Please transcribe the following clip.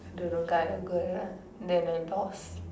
I don't know guy or girl lah then I lost